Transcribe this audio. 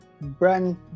brand